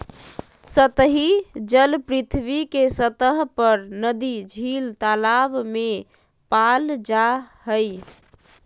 सतही जल पृथ्वी के सतह पर नदी, झील, तालाब में पाल जा हइ